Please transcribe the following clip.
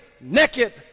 naked